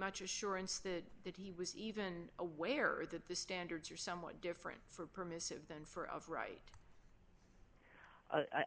that he was even aware that the standards are somewhat different for permissive than for of right